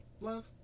love